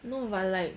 no but like